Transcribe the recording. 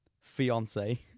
Fiance